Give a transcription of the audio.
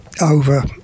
over